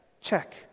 check